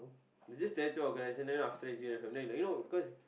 you just there to organise and then after that you your family like you know cause